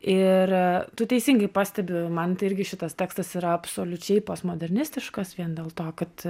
ir tu teisingai pastebi man tai irgi šitas tekstas yra absoliučiai postmodernistiškas vien dėl to kad